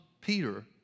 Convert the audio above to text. Peter